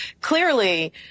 clearly